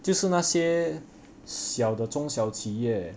就是那些小的中小企业